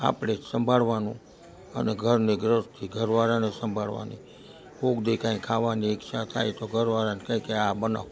આપણે જ સંભાળવાનું અને ઘરની ગૃહસ્થી ઘરવારાએ સંભાળવાની કોક દી કાંઈક ખાવાની ઈચ્છા થાય તો ઘરવાળાને કહીએ કે આ બનાવો